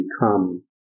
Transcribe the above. become